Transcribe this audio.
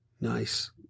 Nice